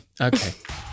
Okay